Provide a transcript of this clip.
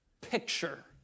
picture